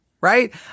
right